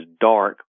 dark